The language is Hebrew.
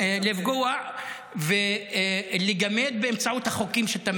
בזה אתם רוצים לפגוע ולגמד באמצעות החוקים שאתם